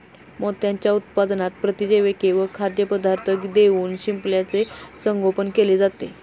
मोत्यांच्या उत्पादनात प्रतिजैविके व खाद्यपदार्थ देऊन शिंपल्याचे संगोपन केले जाते